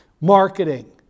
marketing